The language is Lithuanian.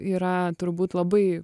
yra turbūt labai